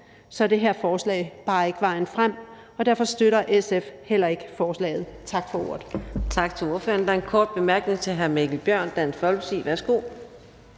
er det her forslag bare ikke vejen frem, og derfor støtter SF heller ikke forslaget. Tak for ordet.